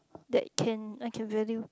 that can I can value